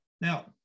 Now